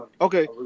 Okay